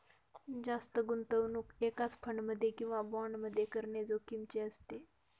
जास्त गुंतवणूक एकाच फंड मध्ये किंवा बॉण्ड मध्ये करणे जोखिमीचे असते